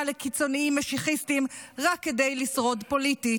לקיצוניים משיחיסטים רק כדי לשרוד פוליטית,